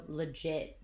legit